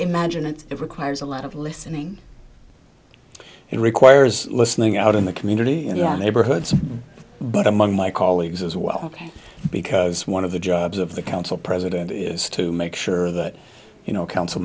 imagine it requires a lot of listening it requires listening out in the community in your neighborhoods but among my colleagues as well because one of the jobs of the council president is to make sure that you know council